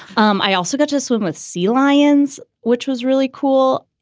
um i also got to swim with sea lions, which was really cool.